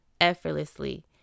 effortlessly